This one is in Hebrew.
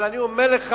אבל אני אומר לך